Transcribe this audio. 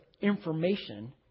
information